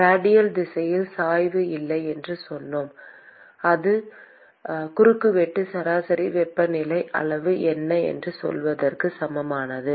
radial திசையில் சாய்வு இல்லை என்று சொன்னோம் இது குறுக்குவெட்டு சராசரி வெப்பநிலை அளவு என்று சொல்வதற்கு சமமானது